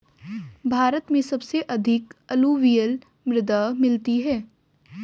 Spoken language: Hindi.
भारत में सबसे अधिक अलूवियल मृदा मिलती है